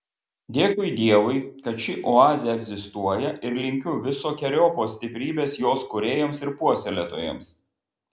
dėkui dievui kad ši oazė egzistuoja ir linkiu visokeriopos stiprybės jos kūrėjams ir puoselėtojams